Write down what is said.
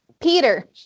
Peter